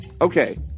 Okay